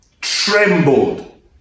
trembled